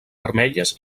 vermelles